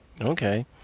okay